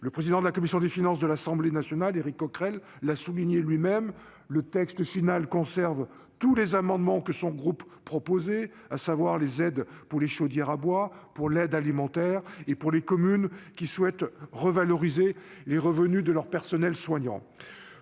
Le président de la commission des finances de l'Assemblée nationale, Éric Coquerel, l'a souligné lui-même : le texte final conserve « tous les amendements » que son groupe proposait, à savoir les aides pour les chaudières à bois, pour l'aide alimentaire et pour les communes qui souhaitent revaloriser les revenus de leur personnel soignant.